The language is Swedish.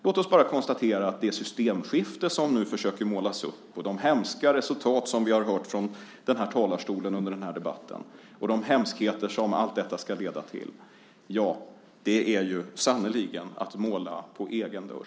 Låt oss bara konstatera att det systemskifte som man nu försöker måla upp, de hemska resultat som vi har hört om från talarstolen under den här debatten och de hemskheter som detta ska leda till - det är sannerligen att måla på egen dörr.